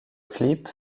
clip